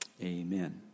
Amen